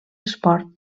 esport